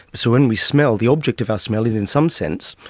so when we smell, the object of our smelling, in some sense,